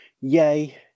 Yay